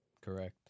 correct